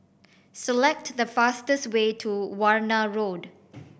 select the fastest way to Warna Road